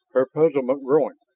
her puzzlement growing.